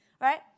right